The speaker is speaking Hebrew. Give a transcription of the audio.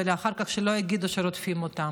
ואחר כך שלא יגידו שרודפים אותם.